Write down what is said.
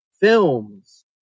films